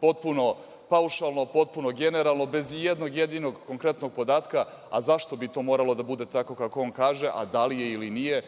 potpuno paušalno, potpuno generalno, bez i jednog jedinog konkretnog podatka zašto bi to moralo da bude tako kako on kaže, a da li je ili nije,